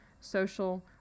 social